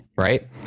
Right